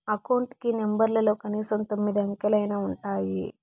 account కి నెంబర్లలో కనీసం తొమ్మిది అంకెలైనా ఉంటాయి